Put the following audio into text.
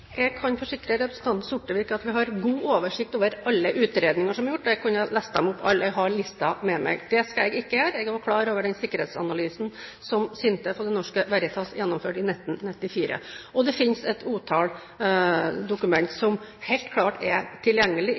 Jeg kan forsikre representanten Sortevik om at vi har god oversikt over alle utredninger som er gjort. Jeg kunne ha lest dem opp alle, jeg har listen med meg. Det skal jeg ikke gjøre. Jeg er også klar over den sikkerhetsanalysen som SINTEF og Det Norske Veritas gjennomførte i 1994. Det finnes et utall dokumenter som helt klart er tilgjengelig,